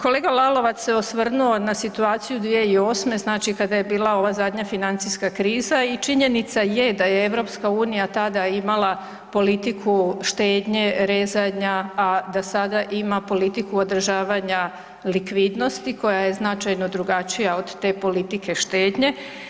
Kolega Lalovac se osvrnuo na situaciju 2008., znači kada je bila ova zadnja financijska kriza i činjenica je da je EU tada imala politiku štednje, rezanja, a da sada ima politiku održavanja likvidnosti koja je značajno drugačija od te politike štednje.